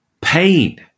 pain